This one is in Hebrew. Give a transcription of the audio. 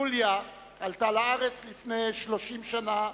יוליה עלתה לארץ לפני 30 שנה,